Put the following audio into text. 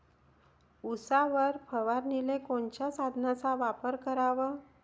उसावर फवारनीले कोनच्या साधनाचा वापर कराव?